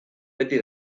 beti